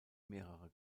mehrerer